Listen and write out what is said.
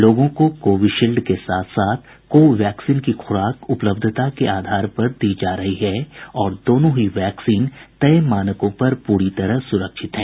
लोगों को कोविशील्ड के साथ साथ को वैक्सीन की खुराक उपलब्धता के आधार पर दी जा रही है और दोनों ही वैक्सीन तय मानकों पर पूरी तरह सुरक्षित हैं